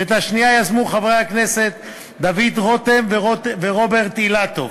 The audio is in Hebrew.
ואת השנייה יזמו חברי הכנסת דוד רותם ורוברט אילטוב.